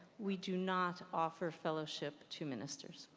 we do not offer fellowship to ministers.